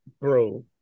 Bro